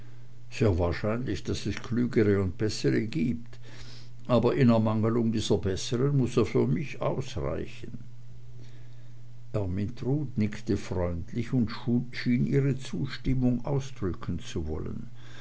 sehr wahrscheinlich daß es klügere und bessere gibt aber in ermangelung dieser besseren muß er für mich ausreichen ermyntrud nickte freundlich und schien ihre zustimmung ausdrücken zu wollen